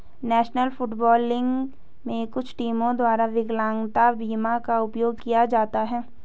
national football league में कुछ टीमों द्वारा विकलांगता बीमा का उपयोग किया जाता है